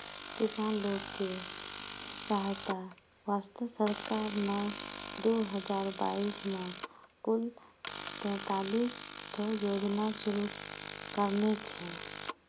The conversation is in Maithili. किसान लोग के सहायता वास्तॅ सरकार नॅ दू हजार बाइस मॅ कुल तेतालिस ठो योजना शुरू करने छै